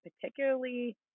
particularly